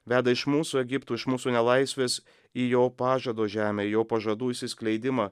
veda iš mūsų egipto iš mūsų nelaisvės į jo pažado žemę jo pažadų išsiskleidimą